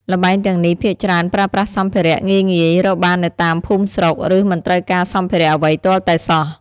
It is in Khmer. ល្បែងទាំងនេះភាគច្រើនប្រើប្រាស់សម្ភារៈងាយៗ រកបាននៅតាមភូមិស្រុក ឬមិនត្រូវការសម្ភារៈអ្វីទាល់តែសោះ ។